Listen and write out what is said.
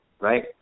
Right